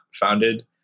founded